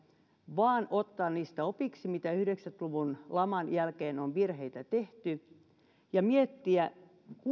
vaan ottaa opiksi siitä mitä yhdeksänkymmentä luvun laman jälkeen on virheitä tehty ja miettiä kuinka